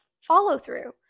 follow-through